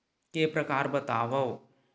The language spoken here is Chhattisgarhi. के प्रकार बतावव?